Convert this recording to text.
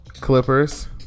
Clippers